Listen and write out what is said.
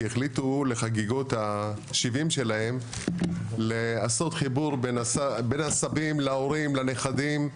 שהחליטו לחגיגות ה-70 שלהם לעשות חיבור בין הסבים להורים לנכדים,